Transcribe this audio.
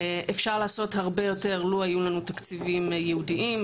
היה אפשר לעשות הרבה יותר לו היו לנו תקציבים ייעודיים.